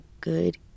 good